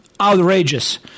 outrageous